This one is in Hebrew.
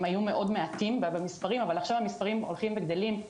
היו מאוד מעטים במספרים אבל עכשיו המספרים הולכים וגדלים.